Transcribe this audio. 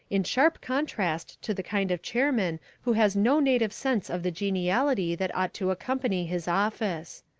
in sharp contrast to the kind of chairman who has no native sense of the geniality that ought to accompany his office.